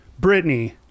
britney